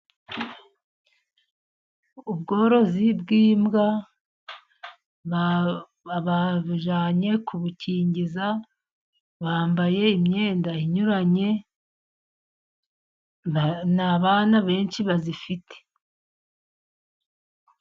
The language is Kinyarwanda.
Ubworozi bw'imbwa babujyanye kubukingiza ,bambaye imyenda inyuranye ni abana benshi bazifite.